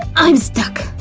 i'm stuck!